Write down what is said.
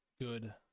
good